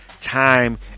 time